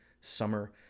summer